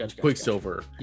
Quicksilver